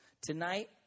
Tonight